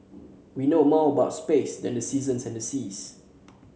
we know more about space than the seasons and the seas